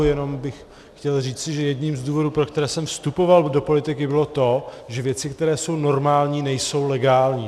Jenom bych chtěl říci, že jedním z důvodů, pro které jsem vstupoval do politiky, bylo to, že věci, které jsou normální, nejsou legální.